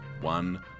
one